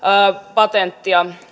patenttia